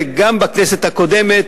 גם בכנסת הקודמת,